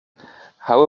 how